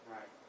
Right